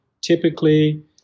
typically